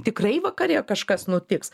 tikrai vakare kažkas nutiks